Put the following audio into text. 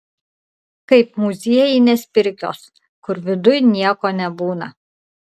kaip muziejinės pirkios kur viduj nieko nebūna